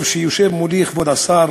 טוב שיושב מולי כבוד השר